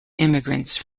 immigrants